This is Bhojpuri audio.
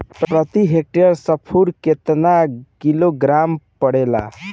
प्रति हेक्टेयर स्फूर केतना किलोग्राम परेला?